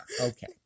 Okay